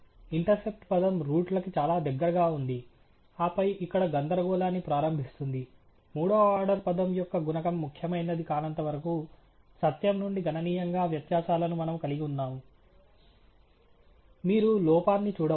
intercept పదం root లకి చాలా దగ్గరగా ఉంది ఆపై ఇక్కడ గందరగోళాన్ని ప్రారంభిస్తుంది మూడవ ఆర్డర్ పదం యొక్క గుణకం ముఖ్యమైనది కానంతవరకు సత్యం నుండి గణనీయంగా వ్యత్యాసాలను మనము కలిగి ఉన్నాము మీరు లోపాన్ని చూడవచ్చు